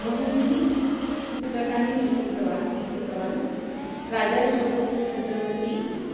बहूनि पुस्तकानि लिखितवान् लिखितवान् राजाशिवः पत् छत्रपतिः